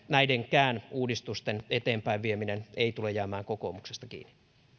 näidenkään uudistusten eteenpäinvieminen ei tule jäämään kokoomuksesta kiinni